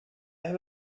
have